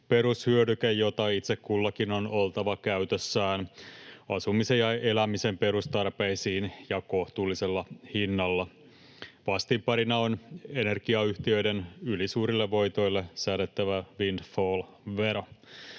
perushyödyke, jota itse kullakin on oltava käytössään asumisen ja elämisen perustarpeisiin ja kohtuullisella hinnalla. Vastinparina on energiayhtiöiden ylisuurille voitoille säädettävä windfall-vero.